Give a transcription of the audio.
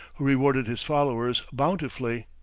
who rewarded his followers bountifully,